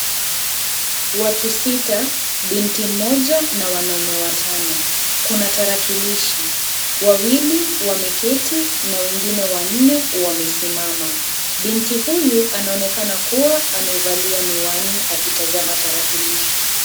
Watu sita, binti mmoja na wanaume watano. Kuna tarakilishi. Wawili wameketi na wengine wanne wamesimama. Binti huyu anaonekana kubwa amevalia miwani akitazama tarakilishi.